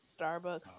Starbucks